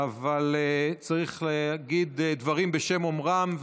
אבל צריך להגיד דברים בשם אומרם,